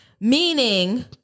meaning